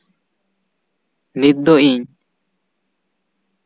ᱱᱤᱛ ᱫᱚ ᱤᱧ